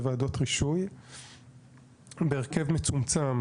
זה ועדות רישוי בהרכב מצומצם,